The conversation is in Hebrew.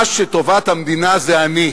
מה שטובת המדינה, זה אני.